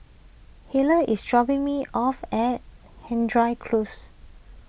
Hale is dropping me off at Hendry Close